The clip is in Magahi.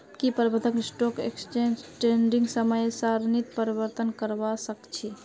की प्रबंधक स्टॉक एक्सचेंज ट्रेडिंगेर समय सारणीत परिवर्तन करवा सके छी